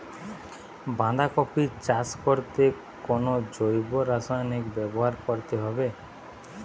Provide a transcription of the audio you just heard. বাঁধাকপি চাষ করতে কোন জৈব রাসায়নিক ব্যবহার করতে হবে?